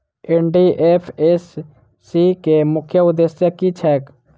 NDFSC केँ मुख्य उद्देश्य की छैक?